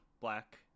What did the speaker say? black